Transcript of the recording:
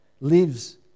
lives